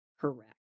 correct